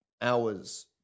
hours